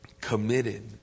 committed